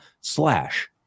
slash